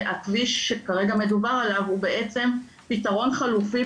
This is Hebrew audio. הכביש שכרגע מדובר עליו הוא בעצם פתרון חלופי,